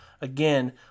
Again